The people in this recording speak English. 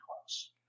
close